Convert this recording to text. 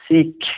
seek